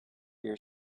your